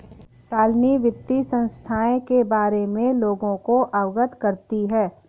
शालिनी वित्तीय संस्थाएं के बारे में लोगों को अवगत करती है